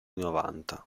novanta